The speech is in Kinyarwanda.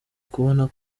kubona